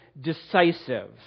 decisive